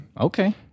Okay